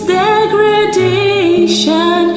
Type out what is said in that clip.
degradation